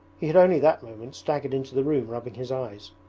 he had only that moment staggered into the room rubbing his eyes.